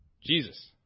jesus